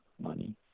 money